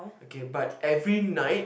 okay but every night